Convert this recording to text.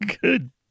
Good